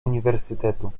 uniwersytetu